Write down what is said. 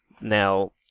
Now